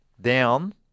down